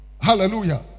hallelujah